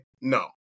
no